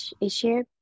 issue